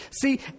See